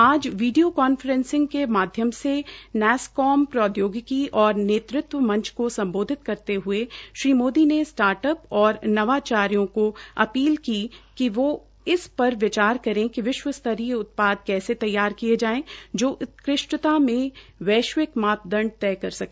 आज video conferencing के माध्यम से नेसकॉम प्रोद्योगिकी और नेतृत्व मंच को सम्बोधित करते हये श्री मोदी ने स्टार्ट अप और नवा चार्यो को अपील की कि वो इस पर विचार करे कि विश्व स्तरीय उत्पाद कैसे तैयार किये जाये जो उत्कृष्टता में वैश्विक मांपदड तय कर सके